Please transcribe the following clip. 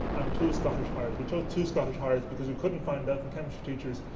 um two scottish highers. we chose two scottish highers because we couldn't find out from chemistry teachers,